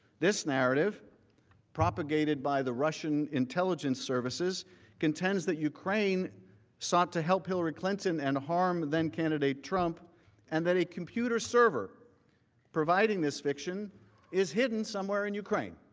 this narrative propagated by the russian intelligence services contends that ukraine sought to help hillary clinton and harm candidate trump and that a computer server providing this fiction is hidden somewhere in ukraine.